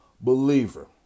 believer